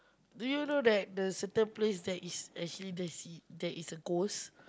do you know that the certain place there is actually there is there is a ghost